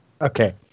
Okay